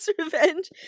revenge